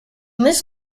this